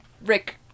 Rick